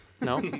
No